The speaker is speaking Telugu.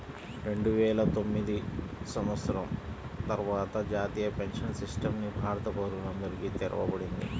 రెండువేల తొమ్మిది సంవత్సరం తర్వాత జాతీయ పెన్షన్ సిస్టమ్ ని భారత పౌరులందరికీ తెరవబడింది